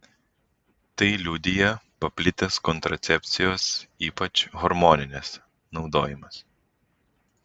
tai liudija paplitęs kontracepcijos ypač hormoninės naudojimas